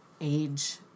age